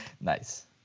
Nice